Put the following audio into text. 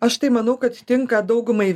aš tai manau kad tinka daugumai